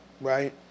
right